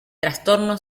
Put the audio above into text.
trastorno